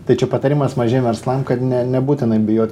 tai čia patarimas mažiem verslam kad ne nebūtina bijot